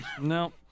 No